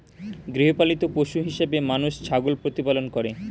গৃহপালিত পশু হিসেবে মানুষ ছাগল প্রতিপালন করে